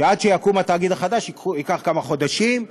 שעד שיקום התאגיד החדש יעברו כמה חודשים.